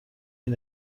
این